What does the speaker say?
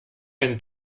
eine